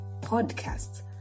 Podcasts